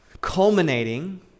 culminating